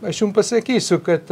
aš jum pasakysiu kad